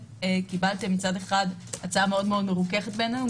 שקיבלתם מצד אחד הצעה מאוד מרוככת בעינינו.